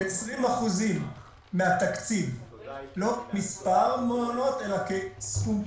כ-20% מהתקציב, לא מספר מעונות אלא כסכום כסף.